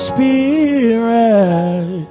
Spirit